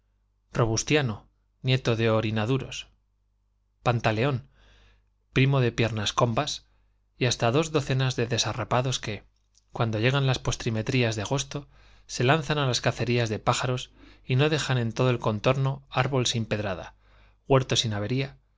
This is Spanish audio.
robustiano nieto de orina duros pantaleón primo de piernas combas y hasta dos docenas de desarrapados que cuando llegan las postrimerías de agosto se lanzan á las cacerías de pájaros y no dejan en todo el contorno árbol sin pedrada huerto sin avería